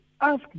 ask